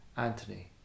Anthony